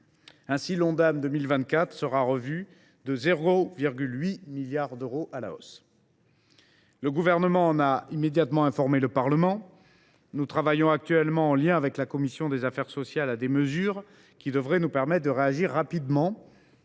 Ainsi l’Ondam pour 2024 sera revu de 0,8 milliard d’euros à la hausse. Le Gouvernement en a immédiatement informé le Parlement. Nous travaillons actuellement, en lien avec la commission des affaires sociales, à des mesures qui devraient nous permettre de réagir rapidement,